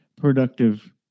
productive